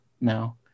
now